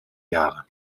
jahre